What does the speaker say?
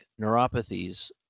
neuropathies